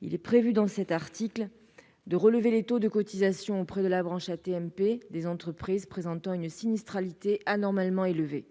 il est prévu de relever les taux de cotisations auprès de la branche AT-MP des entreprises présentant une sinistralité anormalement élevée.